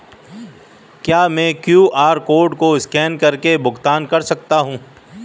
क्या मैं QR code को स्कैन करके भुगतान कर सकता हूं?